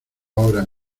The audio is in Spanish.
ahora